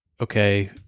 okay